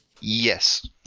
Yes